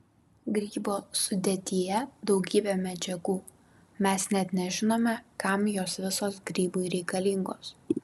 grybo sudėtyje daugybė medžiagų mes net nežinome kam jos visos grybui reikalingos